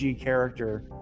character